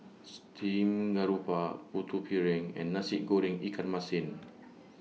Steamed Garoupa Putu Piring and Nasi Goreng Ikan Masin